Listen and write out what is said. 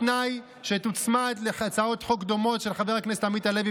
בתנאי שתוצמד להצעות חוק דומות של חברי הכנסת עמית הלוי